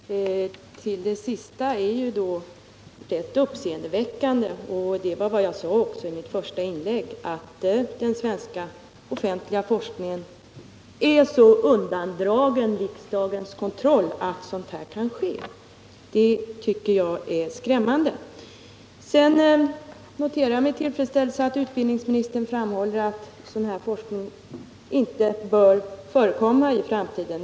Herr talman! Det sista som Stig Alemyr sade är rätt uppseendeväckande. Det bekräftar vad jag sade i mitt första inlägg, nämligen att den svenska offentliga forskningen är så undandragen riksdagens kontroll att sådan här forskning kan ske. Det tycker jag är skrämmande. Jag noterar med tillfredsställelse att utbildningsministern framhåller att denna forskning inte bör förekomma i framtiden.